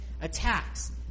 attacks